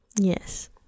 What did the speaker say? Yes